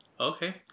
okay